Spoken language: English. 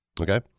okay